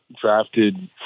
drafted